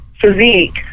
physique